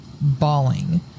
bawling